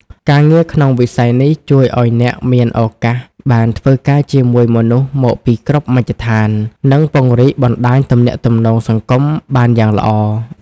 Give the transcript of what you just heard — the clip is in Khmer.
ការងារក្នុងវិស័យនេះជួយឱ្យអ្នកមានឱកាសបានធ្វើការជាមួយមនុស្សមកពីគ្រប់មជ្ឈដ្ឋាន និងពង្រីកបណ្តាញទំនាក់ទំនងសង្គមបានយ៉ាងល្អ។